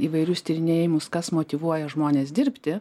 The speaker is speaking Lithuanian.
įvairius tyrinėjimus kas motyvuoja žmones dirbti